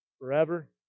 forever